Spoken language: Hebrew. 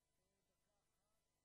לא הספקתי.